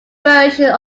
version